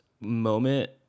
moment